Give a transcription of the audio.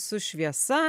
su šviesa